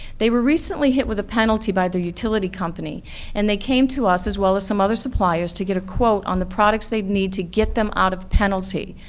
they were recently hit with a penalty by their utility company and they came to us as well as some other suppliers to get a quote on the products they'd need to get them out of penalty.